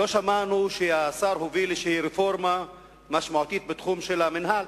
לא שמענו שהשר הוביל איזו רפורמה משמעותית בתחום המינהל,